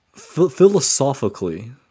Philosophically